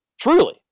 truly